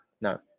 no